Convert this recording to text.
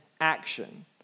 action